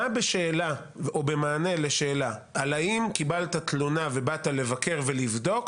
מה בשאלה או במענה לשאלה על האם קיבלת תלונה ובאת לבקר ולבדוק,